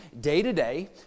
day-to-day